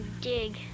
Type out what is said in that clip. dig